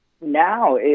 now